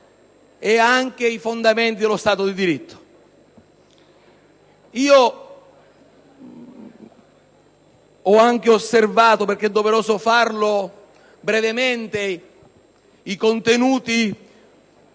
e anche i fondamenti dello Stato di diritto. Io ho anche osservato, perché è doveroso farlo, i contenuti